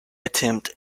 attempt